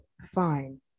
Fine